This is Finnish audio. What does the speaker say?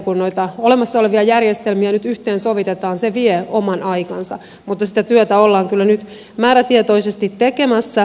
kun noita olemassa olevia järjestelmiä nyt yhteensovitetaan se vie oman aikansa mutta sitä työtä ollaan kyllä nyt määrätietoisesti tekemässä